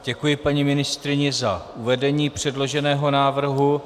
Děkuji paní ministryni za uvedení předloženého návrhu.